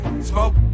Smoke